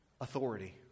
authority